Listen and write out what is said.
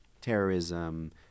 terrorism